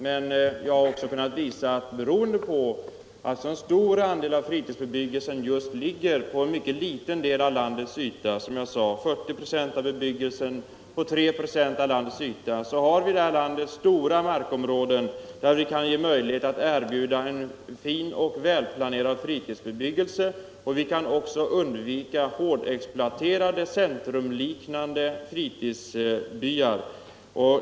Men jag har också kunnat visa att eftersom en stor del av fritidsbebyggelsen ligger på en mycket liten del av landets yta — som jag sade ryms 40 96 av denna bebyggelse på 3 26 av landets yta — har vi i vårt land stora markområden där det finns möjlighet att erbjuda fin och välplanerad fritidsbebyggelse. Vi kan också undvika hårdexploaterade centrumliknande fritidsbyar.